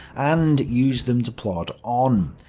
and used them to plod on.